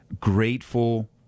grateful